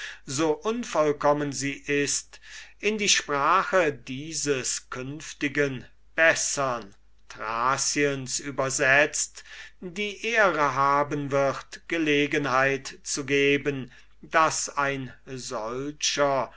so unvollkommen sie ist in die sprache dieses künftig bessern thraciens übersetzt die ehre haben wird gelegenheit zu geben daß ein solcher